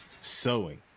sewing